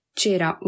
c'era